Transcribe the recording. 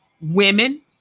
women